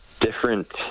different